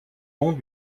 nom